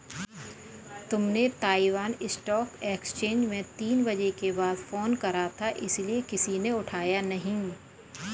तुमने Taiwan stock exchange में तीन बजे के बाद फोन करा था इसीलिए किसी ने उठाया नहीं